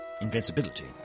invincibility